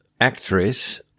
Actress